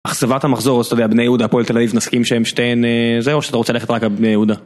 אכזבת המחזור, אז אתה יודע, בני יהודה הפועל תל אביב נסכים שהם שתיהן זה, שאתה רוצה ללכת רק על בני יהודה.